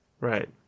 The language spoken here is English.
Right